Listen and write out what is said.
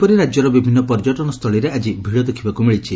ସେହିପରି ରାଜ୍ୟର ବିଭିନ୍ ପର୍ଯ୍ୟଟନସ୍କଳୀରେ ଆଜି ଭିଡ଼ ଦେଖବାକୁ ମିଳିଛି